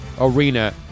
Arena